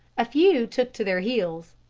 a few took to their heels.